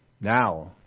Now